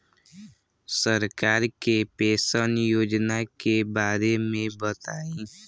सरकार के पेंशन योजना के बारे में बताईं?